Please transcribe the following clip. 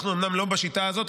אנחנו אומנם לא בשיטה הזאת.